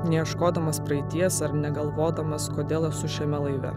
neieškodamas praeities ar negalvodamas kodėl esu šiame laive